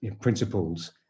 principles